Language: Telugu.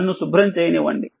నన్ను శుభ్రం చేయనివ్వండి